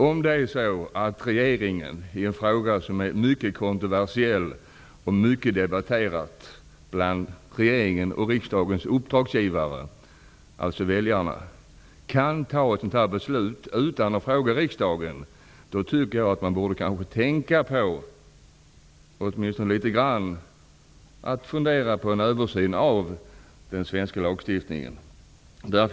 Om det är så att regeringen i en fråga som är mycket kontroversiell och mycket debatterad bland regeringens och riksdagens uppdragsgivare, alltså väljarna, kan fatta ett sådant beslut utan att fråga riksdagen, då tycker jag att man borde överväga en översyn av den svenska lagstiftningen.